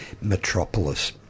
metropolis